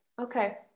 okay